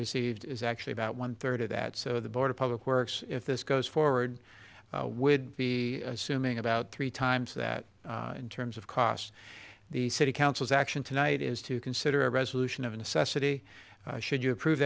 received is actually about one third of that so the board of public works if this goes forward would be assuming about three times that in terms of costs the city council's action tonight is to consider a resolution of a necessity should you approve